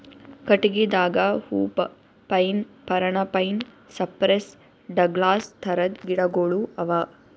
ಕಟ್ಟಗಿದಾಗ hoop pine, Parana pine, cypress, Douglas ಥರದ್ ಗಿಡಗೋಳು ಅವಾ